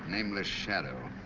nameless shadow.